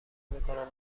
میکنم